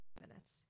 minutes